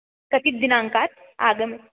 कति दिनाङ्कात् आगम्य